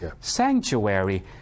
Sanctuary